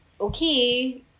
okay